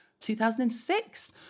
2006